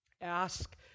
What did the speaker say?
ask